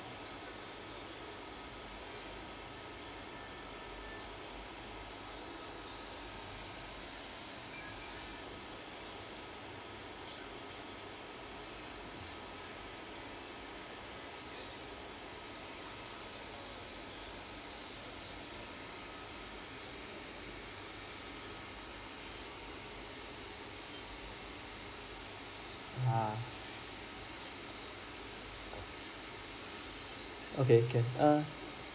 okay can err